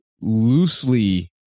loosely